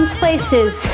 places